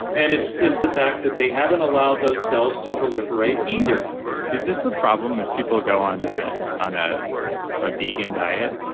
and it's it's the fact that they haven't allowed those cells to proliferate either is this a problem? if people go on ah on ah a vegan diet,